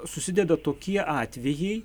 susideda tokie atvejai